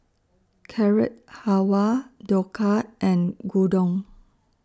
Carrot Halwa Dhokla and Gyudon